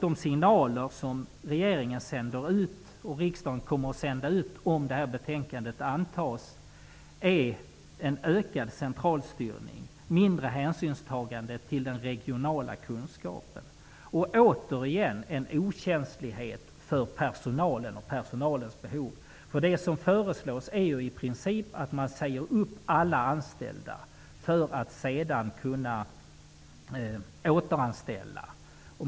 De signaler som regeringen sänder ut -- och som riksdagen kommer att sända ut, om detta betänkande antas -- är en ökad centralstyrning, mindre hänsynstagande till den regionala kunskapen och återigen en okänslighet för personalen och personalens behov. Det som föreslås är i princip att man säger upp alla anställda för att sedan kunna återanställa.